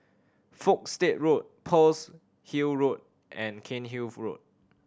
Folkestone Road Pearl's Hill Road and Cairnhill Road